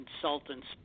consultants